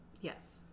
Yes